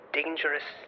dangerous